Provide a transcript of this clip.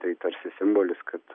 tai tarsi simbolis kad